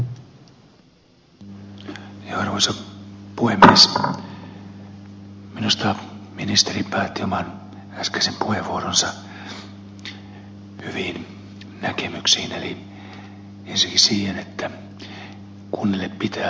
minusta ministeri päätti oman äskeisen puheenvuoronsa hyviin näkemyksiin eli ensinnäkin siihen että kunnille pitää turvata työrauha tekemisessään